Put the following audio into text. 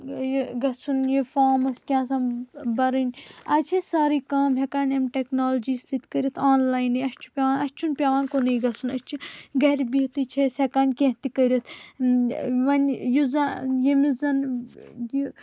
یہِ گژھُن یہِ فارم اوس کینٛہہ آسان برٕنۍ آز چھِ سٲری کٲم ہیکان امہِ ٹیکنالوجی سۭتۍ کٔرِتھ آنلاینٕے اسہِ چھُ بیٚوان اسہِ چھُنہٕ پیوان کُنٕے گژھُن أسۍ چھِ گرِ بِہتھٕے چھِ أسۍ ہیکان کینٛہہ تہِ کٔرِتھ وۄنۍ یُس زن ییٚمِس زن یہِ